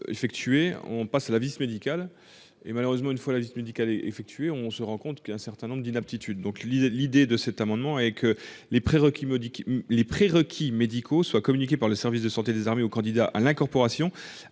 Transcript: Effectuée on passe à la vice-médical et malheureusement une fois la liste et effectué, on se rend compte qu'un certain nombre d'inaptitude donc l'idée, l'idée de cet amendement et que les prérequis modique les prérequis médicaux soient communiquées par le service de santé des armées, aux candidats à l'incorporation,